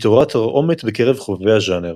התעוררה תרעומת בקרב חובבי הז'אנר.